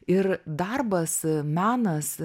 ir darbas menas